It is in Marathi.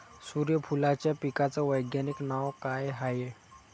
सुर्यफूलाच्या पिकाचं वैज्ञानिक नाव काय हाये?